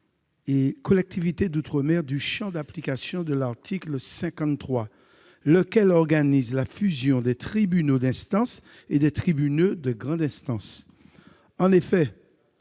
et collectivités d'outre-mer du champ d'application de l'article 53, lequel organise la fusion des tribunaux d'instance et des tribunaux de grande instance. En effet,